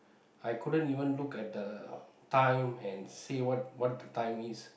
I couldn't even look at the time and say what what the time is